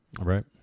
Right